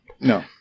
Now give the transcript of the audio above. No